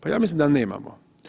Pa ja mislim da nemamo.